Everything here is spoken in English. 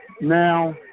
now